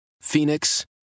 Phoenix